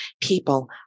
people